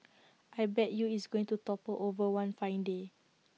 I bet you it's going to topple over one fine day